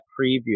Preview